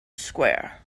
square